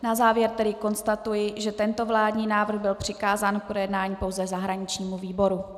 Na závěr tedy konstatuji, že tento vládní návrh byl přikázán k projednání pouze zahraničnímu výboru.